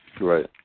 Right